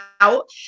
out